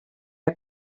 are